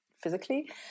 Physically